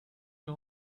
you